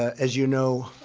as you know,